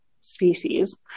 species